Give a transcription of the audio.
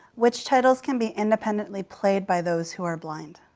which titles can be independently played by those who are blind?